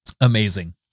Amazing